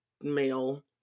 male